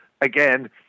again